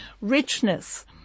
richness